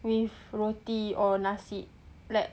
with roti or nasi like